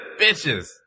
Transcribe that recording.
bitches